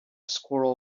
squirrel